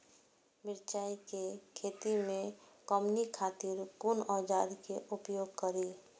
मिरचाई के खेती में कमनी खातिर कुन औजार के प्रयोग करी?